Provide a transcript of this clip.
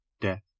death